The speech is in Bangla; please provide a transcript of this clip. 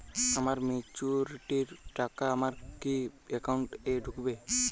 আমার ম্যাচুরিটির টাকা আমার কি অ্যাকাউন্ট এই ঢুকবে?